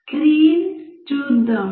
screen చూద్దాం